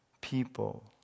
people